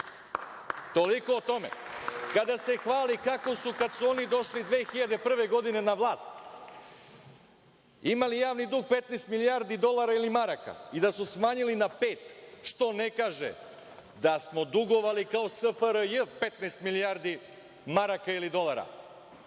Toliko o tome. Kada se hvali kako su, kada su oni došli 2001. godine na vlast, imali javni dug 15 milijardi dolara ili maraka i da su smanjili na pet, što ne kaže da smo dugovali kao SFRJ 15 milijardi maraka ili dolara,